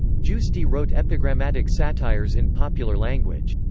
giusti wrote epigrammatic satires in popular language.